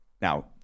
Now